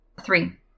Three